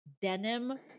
denim